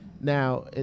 Now